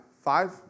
Five